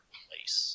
place